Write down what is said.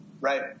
Right